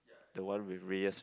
the one with Rauis right